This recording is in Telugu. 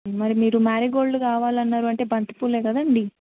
మరి మీరు మారిగోల్డ్ కావాలన్నారు అంటే బంతిపువ్వులే కదండి